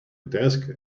desk